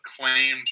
claimed